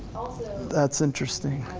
that's interesting,